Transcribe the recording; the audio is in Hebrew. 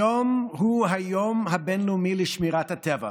היום הוא היום הבין-לאומי לשמירת הטבע.